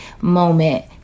moment